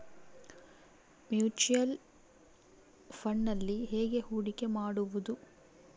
Mutual ಫುಣ್ಡ್ನಲ್ಲಿ ಹೇಗೆ ಹೂಡಿಕೆ ಮಾಡುವುದು?